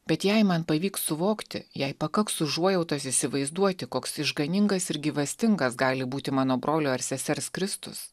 bet jei man pavyks suvokti jei pakaks užuojautos įsivaizduoti koks išganingas ir gyvastingas gali būti mano brolio ar sesers kristus